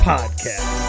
Podcast